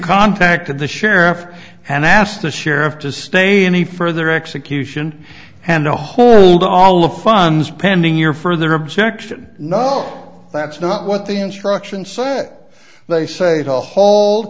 contacted the sheriff and asked the sheriff to stay any further execution and to hold all of funds pending your further objection not that's not what the instructions say they say